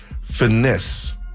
finesse